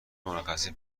مرخصی